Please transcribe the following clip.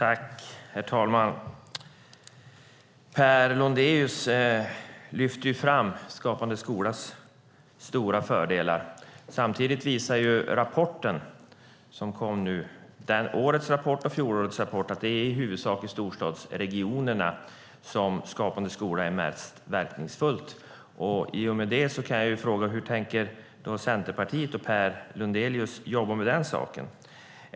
Herr talman! Per Lodenius lyfter fram Skapande skolas stora fördelar. Samtidigt visar rapporten som kom nu - årets rapport och fjolårets rapport - att det i huvudsak är i storstadsregionerna som Skapande skola är verkningsfullt. I och med det kan jag fråga: Hur tänker Centerpartiet och Per Lodenius jobba med den saken?